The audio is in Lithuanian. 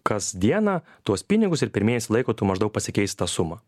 kas dieną tuos pinigus ir per mėnesį laiko tu maždaug pasikeisi tą sumą